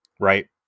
Right